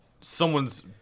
someone's